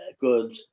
good